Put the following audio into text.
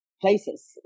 places